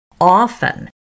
often